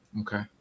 Okay